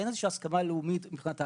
אין איזושהי הסכמה לאומית מבחינת ההגדרה.